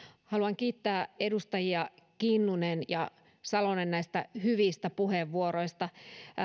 haluan kiittää edustajia kinnunen ja salonen näistä hyvistä puheenvuoroista